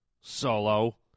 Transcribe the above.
solo